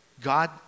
God